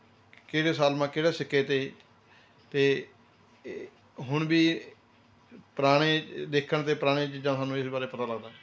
ਕਿਹੜੇ ਸਾਲ ਮਾ ਕਿਹੜੇ ਸਿੱਕੇ 'ਤੇ ਤੇ ਏ ਹੁਣ ਵੀ ਪੁਰਾਣੇ ਦੇਖਣ 'ਤੇ ਪੁਰਾਣੀਆਂ ਚੀਜ਼ਾਂ ਸਾਨੂੰ ਇਸ ਬਾਰੇ ਪਤਾ ਲੱਗਦਾ ਹੈ